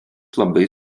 labai